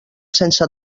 sense